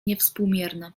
niewspółmierne